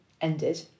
ended